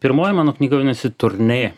pirmoji mano knyga vadinasi turnė